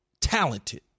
talented